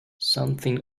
something